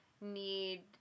need